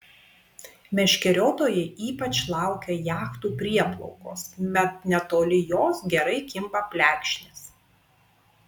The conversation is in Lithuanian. meškeriotojai ypač laukia jachtų prieplaukos mat netoli jos gerai kimba plekšnės